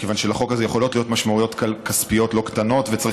כיוון שלחוק הזה יכולות להיות משמעויות כספיות לא קטנות,